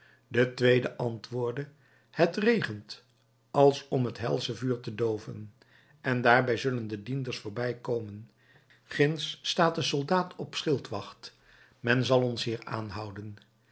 de tweede antwoordde het regent als om het helsche vuur uit te dooven en daarbij zullen de dienders voorbijkomen ginds staat een soldaat op schildwacht men zal ons hier aanhouden